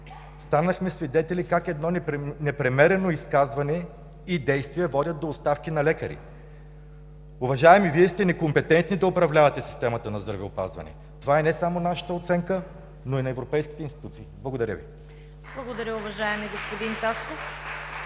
Станахме свидетели как едно непремерено изказване и действие водят до оставки на лекари. Уважаеми, Вие сте некомпетентни да управлявате системата на здравеопазването. Това е не само нашата оценка, но и на европейските институции. Благодаря Ви. (Ръкопляскания от „БСП за